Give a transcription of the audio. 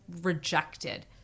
rejected